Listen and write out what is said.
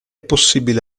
possibile